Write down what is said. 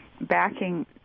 backing